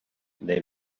they